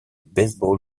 baseball